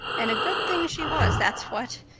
and a good thing she was, that's what.